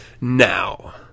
now